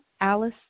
Alice